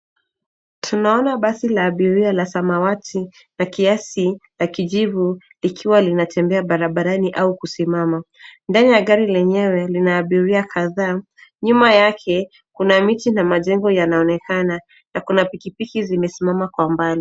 Tunaona basi la abiria la samawati na kiasi la kijivu likiwa linatembea barabarani au kusimama , ndani ya gari lenyewe lina abiria kadhaa . Nyuma yake Kuna miti na majengo yanaonekana na Kuna pikipiki zimesimama kwa mbali.